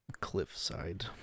cliffside